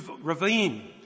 ravine